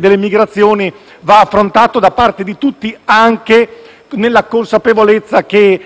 delle migrazioni va affrontata da parte di tutti, anche nella consapevolezza che